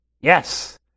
Yes